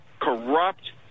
corrupt